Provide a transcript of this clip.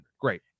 Great